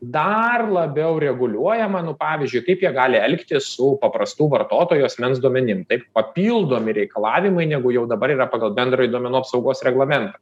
dar labiau reguliuojama nu pavyzdžiui kaip jie gali elgtis su paprastų vartotojų asmens duomenim taip papildomi reikalavimai negu jau dabar yra pagal bendrąjį duomenų apsaugos reglamentą